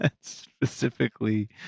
Specifically